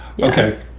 Okay